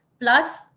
plus